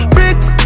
Bricks